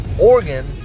Oregon